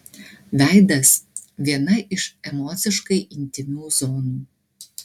veidas viena iš emociškai intymių zonų